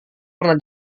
pernah